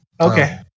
Okay